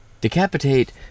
decapitate